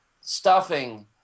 stuffing